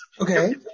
Okay